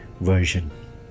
Version